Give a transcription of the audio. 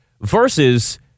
versus